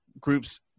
groups